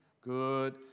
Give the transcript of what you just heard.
Good